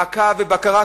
מעקב ובקרה,